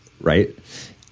Right